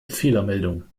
fehlermeldung